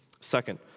Second